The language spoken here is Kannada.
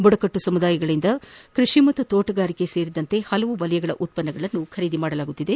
ಬುಡಕಟ್ಟು ಸಮುದಾಯಗಳಿಂದ ಕ್ವಡಿ ಹಾಗೂ ತೋಟಗಾರಿಕೆ ಸೇರಿದಂತೆ ಹಲವು ವಲಯಗಳ ಉತ್ಪನ್ನಗಳನ್ನು ಖರೀದಿಸಲಾಗುತ್ತಿದೆ